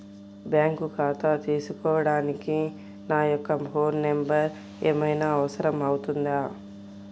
Bank ఖాతా తీసుకోవడానికి నా యొక్క ఫోన్ నెంబర్ ఏమైనా అవసరం అవుతుందా?